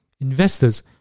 Investors